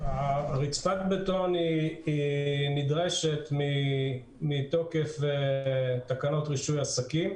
רצפת הבטון נדרשת מתוקף תקנות רישוי עסקים.